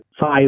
five